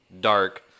dark